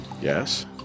Yes